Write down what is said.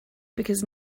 because